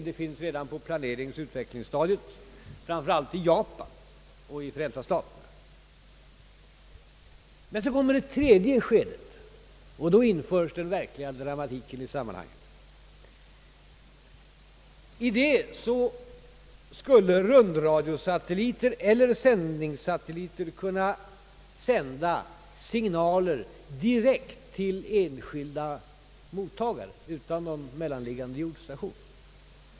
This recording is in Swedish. Det finns redan på planeringsoch utvecklingsstadiet, framför allt i Japan och Förenta staterna. Så kommer ett tredje skede, och då införs den verkliga dramatiken i sam manhanget. I detta skede skulle rundradiosatelliter eller sändningssatelliter kunna sända signaler direkt till enskilda mottagare utan någon mellanliggande jordstation.